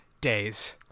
days